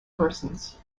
persons